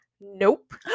nope